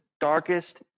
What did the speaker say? darkest